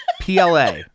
PLA